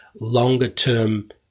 longer-term